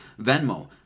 Venmo